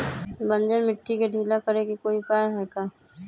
बंजर मिट्टी के ढीला करेके कोई उपाय है का?